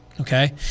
okay